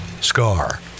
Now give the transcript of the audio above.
Scar